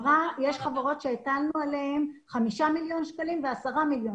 יש חברות שהטלנו עליהן חמישה מיליון שקלים ועשרה מיליון